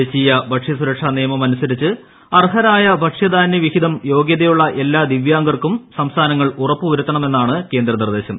ദേശീയ ഭക്ഷ്യസുരക്ഷാ നിയമമനുസരിച്ച് അർഹരായ ഭക്ഷ്യധാനൃ വിഹിതം യോഗൃതയുള്ള എല്ലാ ദിവ്യാംഗർക്കും സംസ്ഥാനങ്ങൾ ഉറപ്പ് വരുത്തണമെന്നാണ് കേന്ദ്ര നിർദ്ദേശം